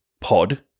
pod